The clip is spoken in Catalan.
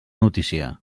notícia